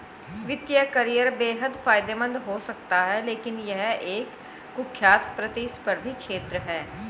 वित्तीय करियर बेहद फायदेमंद हो सकता है लेकिन यह एक कुख्यात प्रतिस्पर्धी क्षेत्र है